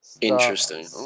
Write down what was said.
Interesting